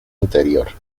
interior